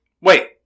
Wait